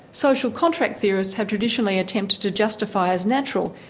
social contract theorists have traditionally attempted to justify as natural,